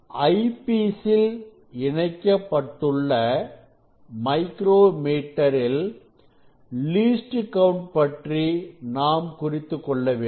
ஐ piece இல் இணைக்கப்பட்டுள்ள micrometre இன் லீஸ்ட் கவுண்ட்பற்றி நாம் குறித்துக்கொள்ள வேண்டும்